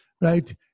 right